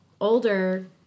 older